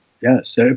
Yes